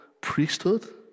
priesthood